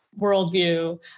worldview